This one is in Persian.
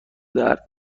درد